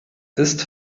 ist